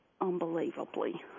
unbelievably